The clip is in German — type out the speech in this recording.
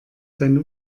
seine